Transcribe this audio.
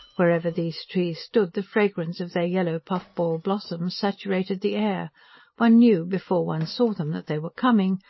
wherever these trees stood, the fragrance of their yellow puff-ball blossoms saturated the air one knew, before one saw them, that they were coming,